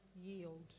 yield